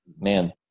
man